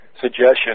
suggestion